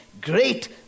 great